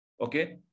Okay